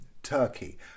turkey